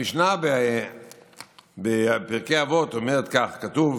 המשנה בפרקי אבות אומרת כך: